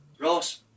Ross